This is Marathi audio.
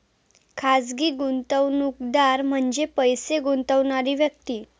खाजगी गुंतवणूकदार म्हणजे पैसे गुंतवणारी व्यक्ती